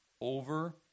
over